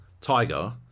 tiger